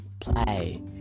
play